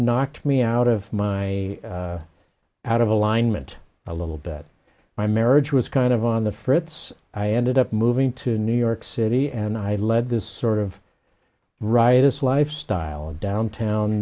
knocked me out of my out of alignment a little bit my marriage was kind of on the fritz i ended up moving to new york city and i led this sort of riotous lifestyle in downtown